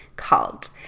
called